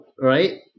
right